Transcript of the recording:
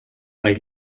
vaid